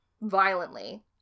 violently